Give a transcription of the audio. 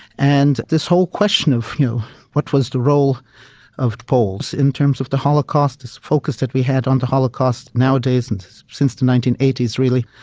and this whole question of you know what was the role of poles in terms of the holocaust, this focus that we have on the holocaust nowadays and since the nineteen eighty s really,